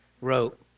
wrote